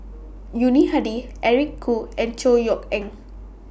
Yuni Hadi Eric Khoo and Chor Yeok Eng